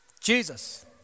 Jesus